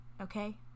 okay